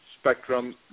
spectrum